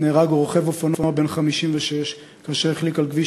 נהרג רוכב אופנוע בן 56 כאשר החליק על כביש